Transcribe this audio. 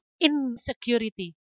insecurity